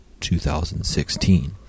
2016